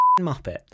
muppet